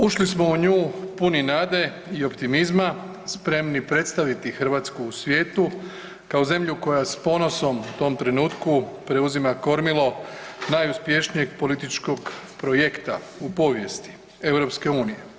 Ušli smo u nju puni nade i optimizma spremni predstaviti Hrvatsku u svijetu kao zemlju koja s ponosom u tom trenutku preuzima kormilo najuspješnijeg političkog projekta u povijesti EU.